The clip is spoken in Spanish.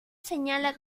señala